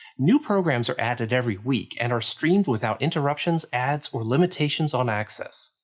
new programs are added every week and are streamed without interruptions, ads, or limitations on access.